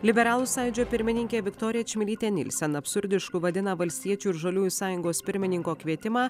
liberalų sąjūdžio pirmininkė viktorija čmilytė nielsen absurdišku vadina valstiečių ir žaliųjų sąjungos pirmininko kvietimą